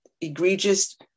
egregious